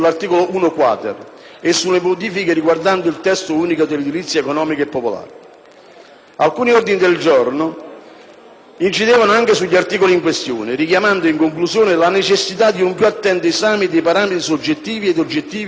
Alcuni ordini del giorno incidevano anche sugli articoli in questione, richiamando, in conclusione, la necessità di un più attento esame dei parametri soggettivi ed oggettivi cui possono corrispondere in futuro eventuali provvedimenti dotati di incisività, ma il Governo ha espresso